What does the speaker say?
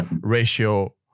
ratio